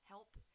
Help